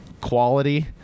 quality